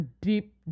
deep